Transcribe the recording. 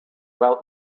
while